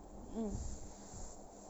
mm